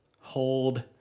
Hold